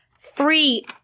Three